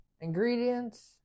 ingredients